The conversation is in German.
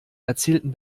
erzählten